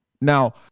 Now